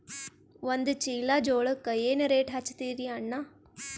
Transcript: ಒಂದ ಚೀಲಾ ಜೋಳಕ್ಕ ಏನ ರೇಟ್ ಹಚ್ಚತೀರಿ ಅಣ್ಣಾ?